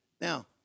Now